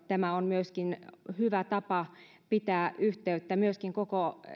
tämä on hyvä tapa pitää yhteyttä koko